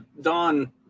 Don